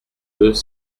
deux